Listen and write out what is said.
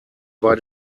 bei